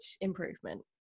improvement